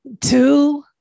Two